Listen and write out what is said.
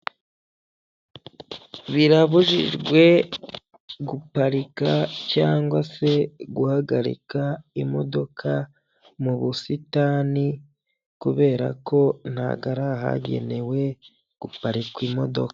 Birabujijwe guparika cyangwa se guhagarika imodoka mu busitani, kubera ko ntago ari ahagenewe guparika imodoka.